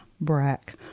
Brack